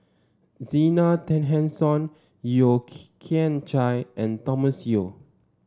Zena Tessensohn Yeo Kian Chye and Thomas Yeo